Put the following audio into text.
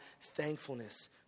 thankfulness